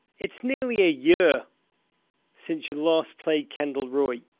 it's nearly a year since you last played kendall roy,